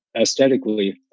aesthetically